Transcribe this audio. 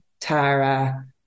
Tara